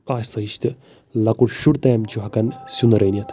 آسٲیِش تہٕ لۄکُٹ شُرۍ تام چھُ ہٮ۪کان سیُن رٔنِتھ